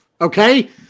okay